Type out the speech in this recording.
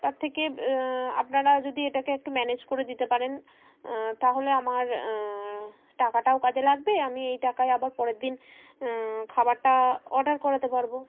তার থেকে আপনারা যদি এটাকে একটু ম্যানেজ করে দিতে পারেন তাহলে আমার টাকাটাও কাজে লাগবে আমি এই টাকায় আবার পরের দিন খাবারটা অর্ডার করাতে পারবো